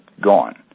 gone